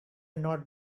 not